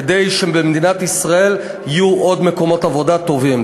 כדי שבמדינת ישראל יהיו עוד מקומות עבודה טובים.